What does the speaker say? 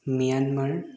Myanmar